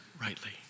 rightly